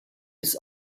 bis